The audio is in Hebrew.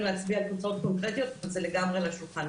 להצביע על תוצאות קונקרטיות אבל זה לגמרי על השולחן.